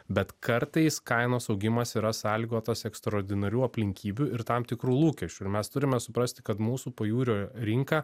bet kartais kainos augimas yra sąlygotas ekstaordinarių aplinkybių ir tam tikrų lūkesčių ir mes turime suprasti kad mūsų pajūrio rinka